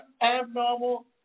abnormal